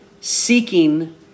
seeking